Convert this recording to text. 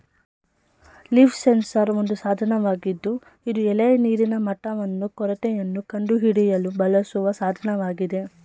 leaf sensor ಒಂದು ಸಾಧನವಾಗಿದ್ದು ಇದು ಎಲೆಯ ನೀರಿನ ಮಟ್ಟವನ್ನು ಕೊರತೆಯನ್ನು ಕಂಡುಹಿಡಿಯಲು ಬಳಸುವ ಸಾಧನವಾಗಿದೆ